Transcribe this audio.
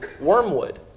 Wormwood